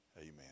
Amen